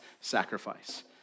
sacrifice